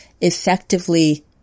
effectively